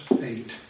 eight